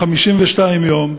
52 יום,